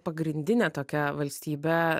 pagrindinė tokia valstybė